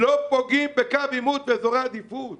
שלא פוגעים בקו עימות ובאזורי עדיפות.